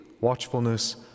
watchfulness